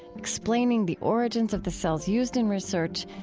explaining the origins of the cells used in research,